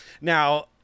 now